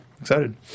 Excited